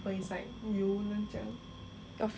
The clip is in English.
your friend she will also be like that